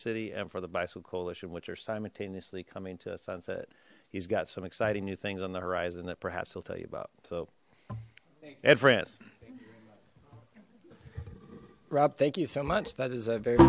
city and for the bicycle coalition which are simultaneously coming to a sunset he's got some exciting new things on the horizon that perhaps he'll tell you about so ed france rob thank you so much that is a very